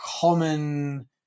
common